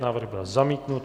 Návrh byl zamítnut.